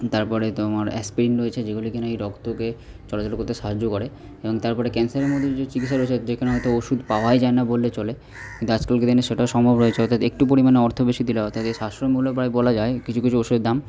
তারপরে তোমার অ্যাসপিরিন রয়েছে যেগুলো কিনা এই রক্তকে চলাচল করতে সাহায্য করে এবং তার পরে ক্যানসারের মতো চিকিৎসার এখানে হয়তো ওষুধ পাওয়াই যায় না বললে চলে কিন্তু আজকালকার দিনে সেটাও সম্ভব রয়েছে অর্থাৎ একটু পরিমাণে অর্থ বেশি দিলে অর্থাৎ যে সাশ্রয় মূল্য প্রায় বলা যায় কিছু কিছু ওষুধের দাম